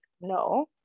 no